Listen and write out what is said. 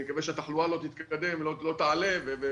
אני מקווה שהתחלואה לא תעלה ונוכל